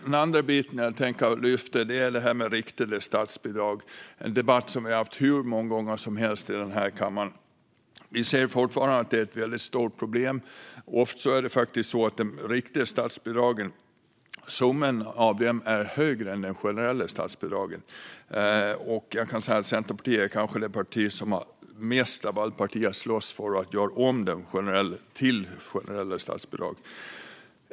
Den andra frågan jag tänker ta upp är det här med riktade statsbidrag, en debatt som vi haft hur många gånger som helst i den här kammaren. Vi ser fortfarande att det är ett väldigt stort problem. Ofta är det faktiskt så att summan av de riktade statsbidragen är högre än de generella statsbidragen. Centerpartiet är kanske det parti som mest av alla partier slåss för att göra om de riktade statsbidragen till generella statsbidrag.